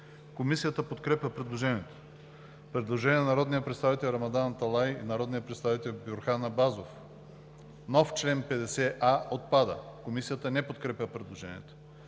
Комисията подкрепя предложението. Предложение на народния представител Рамадан Аталай и народния представител Бюрхан Абазов: „Нов чл. 50а отпада.“ Комисията не подкрепя предложението.